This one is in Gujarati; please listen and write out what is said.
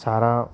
સારા